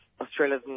Australia